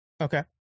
Okay